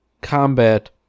combat